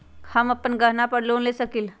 हम अपन गहना पर लोन ले सकील?